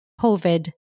COVID